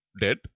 dead